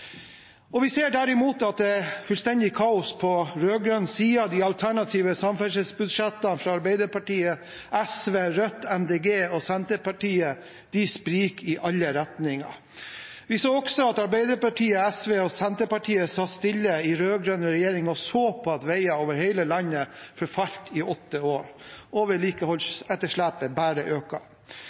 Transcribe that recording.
Vi ser derimot at det er fullstendig kaos på rød-grønn side. De alternative samferdselsbudsjettene fra Arbeiderpartiet, SV, Rødt, Miljøpartiet De Grønne og Senterpartiet spriker i alle retninger. Vi så også at Arbeiderpartiet, SV og Senterpartiet satt stille i rød-grønn regjering og så på at veier over hele landet forfalt i åtte år, og vedlikeholdsetterslepet bare